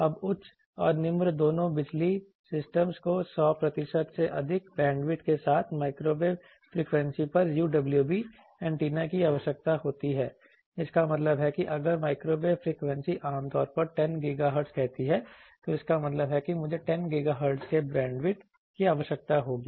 अब उच्च और निम्न दोनों बिजली सिस्टमज को 100 प्रतिशत से अधिक बैंडविड्थ के साथ माइक्रोवेव फ्रीक्वेंसी पर UWB एंटेना की आवश्यकता होती है इसका मतलब है कि अगर माइक्रोवेव फ्रीक्वेंसी आमतौर पर 10 GHz कहती है तो इसका मतलब है कि मुझे 10 GHz के बैंडविड्थ की आवश्यकता होगी